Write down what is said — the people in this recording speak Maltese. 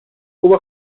huwa